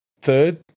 third